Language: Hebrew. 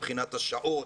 מבחינת השעות,